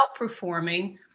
outperforming